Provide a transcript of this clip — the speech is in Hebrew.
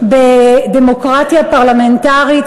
בדמוקרטיה פרלמנטרית,